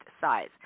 size